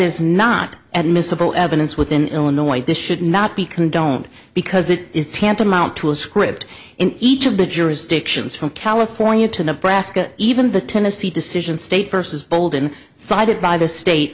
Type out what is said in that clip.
is not at miscible evidence within illinois this should not be condoned because it is tantamount to a script in each of the jurisdictions from california to nebraska even the tennessee decision state versus bolden cited by the state